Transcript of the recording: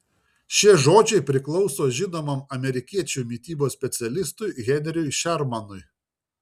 šie žodžiai priklauso žinomam amerikiečių mitybos specialistui henriui šermanui